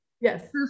Yes